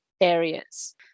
areas